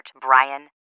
Brian